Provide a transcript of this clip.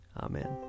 Amen